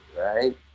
right